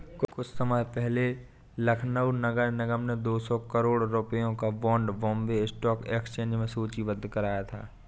कुछ समय पहले लखनऊ नगर निगम ने दो सौ करोड़ रुपयों का बॉन्ड बॉम्बे स्टॉक एक्सचेंज में सूचीबद्ध कराया था